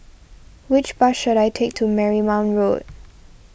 which bus should I take to Marymount Road